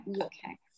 okay